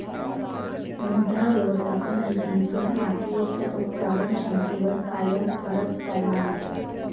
मृदा व्यवस्थापन रितींचो मातीयेच्या उत्पादन क्षमतेवर कायव फरक पडना नाय